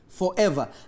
forever